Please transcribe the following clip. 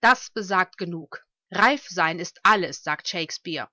das besagt genug reif sein ist alles sagt shakespeare